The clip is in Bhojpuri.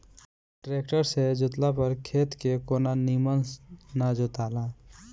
ट्रेक्टर से जोतला पर खेत के कोना निमन ना जोताला